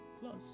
Plus